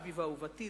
"אביבה אהובתי",